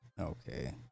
Okay